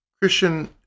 Christian